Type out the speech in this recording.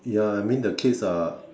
ya I mean the kids are